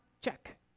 check